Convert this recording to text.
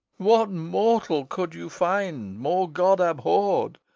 what mortal could you find more god-abhorred?